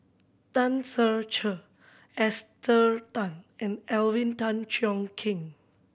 Tan Ser Cher Esther Tan and Alvin Tan Cheong Kheng